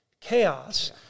chaos